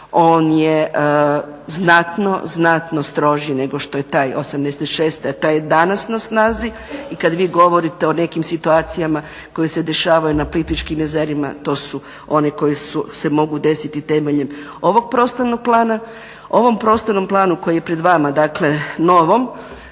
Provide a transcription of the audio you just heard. on je znatno, znatno stroži nego što je taj '86., a taj je danas na snazi. I kada vi govorite o nekim situacijama koje se dešavaju na Plitvičkim jezerima to su oni koji se mogu desiti temeljem ovog prostornog plana. Ovom prostornom planu koji je pred vama dakle novom,